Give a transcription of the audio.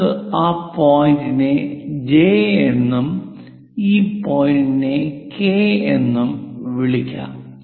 നമുക്ക് ഈ പോയിന്റിനെ ജെ എന്നും ഈ പോയിന്റിനെ കെ എന്നും വിളിക്കാം